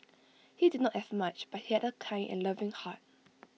he did not have much but he had A kind and loving heart